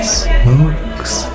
smokes